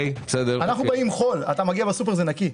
אנחנו באים עם חול, וכשאתה מגיע לסופר, זה נקי,